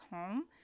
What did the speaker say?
home